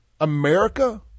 America